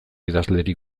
idazlerik